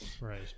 right